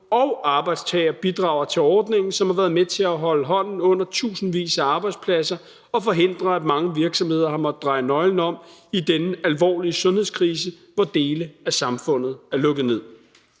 og arbejdstager bidrager til ordningen, som har været med til at holde hånden under tusindvis af arbejdspladser og forhindre, at mange virksomheder har måttet dreje nøglen om i denne alvorlige sundhedskrise, hvor dele af samfundet er lukket ned.